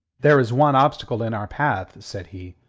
there is one obstacle in our path, said he.